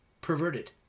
perverted